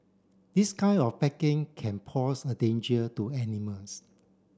this kind of packing can pose a danger to animals